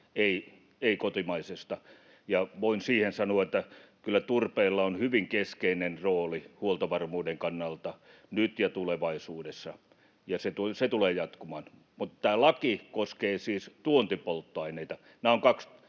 ei kotimaisista, ja voin sanoa, että kyllä turpeella on hyvin keskeinen rooli huoltovarmuuden kannalta nyt ja tulevaisuudessa, ja se tulee jatkumaan. Mutta tämä laki koskee siis tuontipolttoaineita.